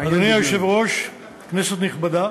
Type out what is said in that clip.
אדוני היושב-ראש, כנסת נכבדה,